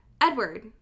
edward